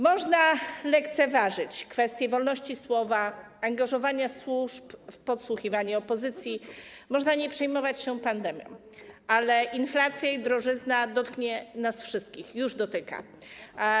Można lekceważyć kwestię wolności słowa, angażowania służb w podsłuchiwanie opozycji, można nie przejmować się pandemią, ale inflacja i drożyzna dotkną nas wszystkich, już dotykają.